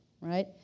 right